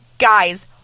Guys